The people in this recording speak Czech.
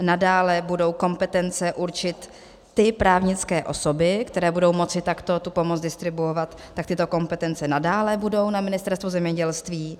Nadále budou kompetence určit ty právnické osoby, které budou moci takto tu pomoc distribuovat, tyto kompetence budou nadále na Ministerstvu zemědělství.